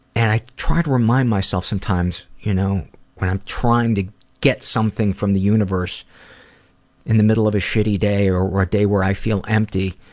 and i try to remind myself sometimes, you know when i'm trying to get something from the universe in the middle of a shitty day or a day i feel empty,